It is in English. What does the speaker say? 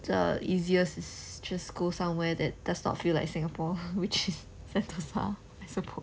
the easiest is just go somewhere that does not feel like singapore which is sentosa I suppose